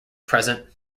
present